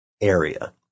area